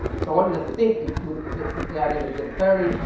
so i want you to think with the the idea of exemplarity.